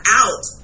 out